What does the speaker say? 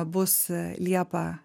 bus liepą